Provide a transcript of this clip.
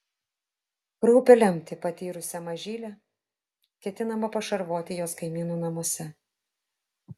kraupią lemtį patyrusią mažylę ketinama pašarvoti jos kaimynų namuose